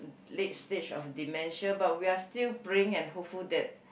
late stage of dementia but we are still praying and hopeful that